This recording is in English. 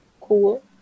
Cool